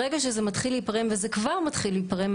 ברגע שזה מתחיל להיפרם וזה כבר מתחיל להיפרם,